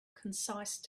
concise